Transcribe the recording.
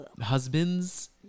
husbands